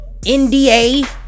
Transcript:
NDA